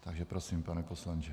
Takže prosím, pane poslanče.